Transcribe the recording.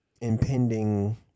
impending